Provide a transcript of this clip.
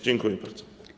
Dziękuję bardzo.